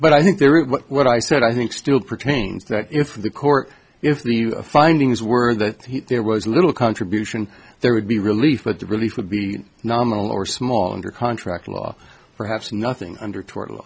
but i think there is what i said i think still pertains that if the court if the findings were that there was little contribution there would be relief but the relief would be nominal or small under contract law perhaps nothing under tort law